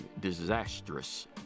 disastrous